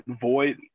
void